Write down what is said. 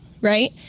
Right